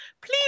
please